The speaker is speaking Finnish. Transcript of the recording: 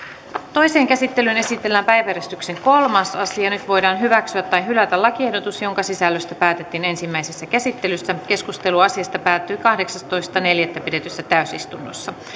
toiseen käsittelyyn esitellään päiväjärjestyksen kolmas asia nyt voidaan hyväksyä tai hylätä lakiehdotus jonka sisällöstä päätettiin ensimmäisessä käsittelyssä keskustelu asiasta päättyi kahdeksastoista neljättä kaksituhattaseitsemäntoista pidetyssä täysistunnossa